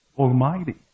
Almighty